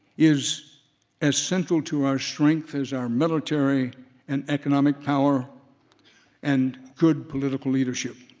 is as central to our strength as our military and economic power and good political leadership.